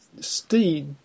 Steve